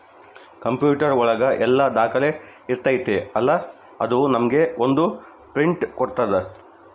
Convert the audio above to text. computer ಒಳಗ ಎಲ್ಲ ದಾಖಲೆ ಇರ್ತೈತಿ ಅಲಾ ಅದು ನಮ್ಗೆ ಒಂದ್ ಪ್ರಿಂಟ್ ಕೊಡ್ತಾರ